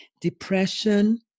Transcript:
depression